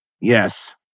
Yes